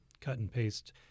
cut-and-paste